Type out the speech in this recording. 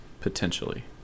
Potentially